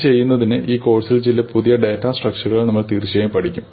ഇത് ചെയ്യുന്നതിന് ഈ കോഴ്സിൽ ചില പുതിയ ഡാറ്റാ സ്ട്രക്ച്ചറുകൾ നമ്മൾ തീർച്ചയായും പഠിക്കും